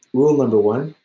rule number one,